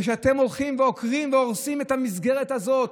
כשאתם הולכים ועוקרים והורסים את המסגרת הזאת